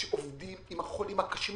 שעובדים עם החולים הקשים,